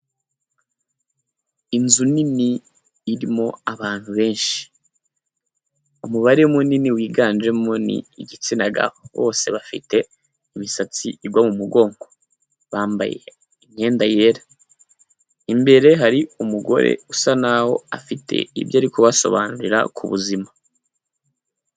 Inzu nini irimo abantu benshi, umubare munini wiganjemo ni igitsina gabo bose bafite imisatsi igwa mu mugongo bambaye imyenda yera, imbere hari umugore usa naho afite ibyo ari kubasobanurira ku buzima.